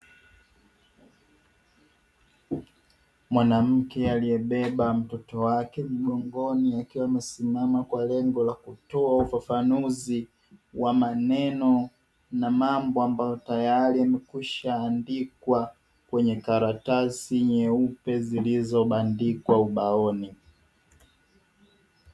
Mwanamke aliyebeba mtoto wake mgongoni akiwa amesimama kwa lengo la kutoa ufafanuzi, wa maneno na mambo ambayo tayari yamekwisha andikwa kwenye karatasi nyeupe zilizobandikwa ubaoni.